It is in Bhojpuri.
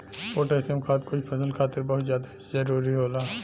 पोटेशियम खाद कुछ फसल खातिर बहुत जादा जरूरी होला